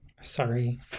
Sorry